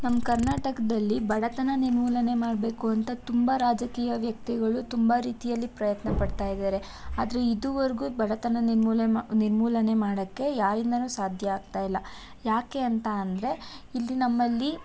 ನಮ್ಮ ಕರ್ನಾಟಕದಲ್ಲಿ ಬಡತನ ನಿರ್ಮೂಲನೆ ಮಾಡಬೇಕು ಅಂತ ತುಂಬ ರಾಜಕೀಯ ವ್ಯಕ್ತಿಗಳು ತುಂಬ ರೀತಿಯಲ್ಲಿ ಪ್ರಯತ್ನಪಡ್ತಾ ಇದ್ದಾರೆ ಆದರೆ ಇದುವರ್ಗೂ ಬಡತನ ನಿರ್ಮೂಲನೆ ಮಾ ನಿರ್ಮೂಲನೆ ಮಾಡೋಕ್ಕೆ ಯಾರಿಂದಲೂ ಸಾಧ್ಯ ಆಗ್ತಾ ಇಲ್ಲ ಯಾಕೆ ಅಂತ ಅಂದರೆ ಇಲ್ಲಿ ನಮ್ಮಲ್ಲಿ